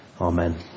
Amen